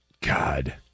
God